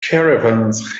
caravans